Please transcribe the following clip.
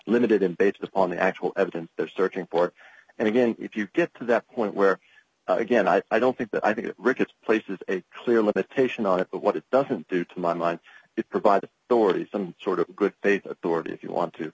limited and based on the actual evidence they're searching for and again if you get to that point where again i don't think that i think ricketts places a clear limitation on it but what it doesn't do to my mind is provide authorities some sort of good faith authority if you want to